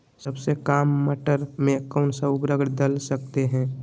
सबसे काम मटर में कौन सा ऊर्वरक दल सकते हैं?